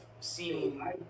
seen